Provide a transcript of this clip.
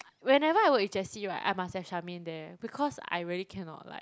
whenever I work with Jessie right I must have Charmaine there because I really cannot like